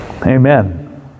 Amen